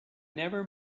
never